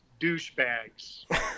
douchebags